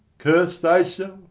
curse thyself,